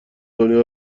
دنیا